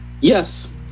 Yes